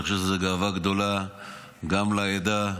אני חושב שזו גאווה גדולה גם לעדה,